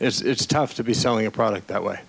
it's tough to be selling a product that way